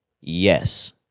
Yes